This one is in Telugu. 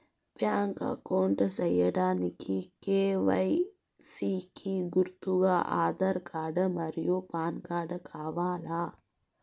బ్యాంక్ అకౌంట్ సేయడానికి కె.వై.సి కి గుర్తుగా ఆధార్ కార్డ్ మరియు పాన్ కార్డ్ కావాలా?